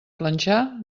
planxar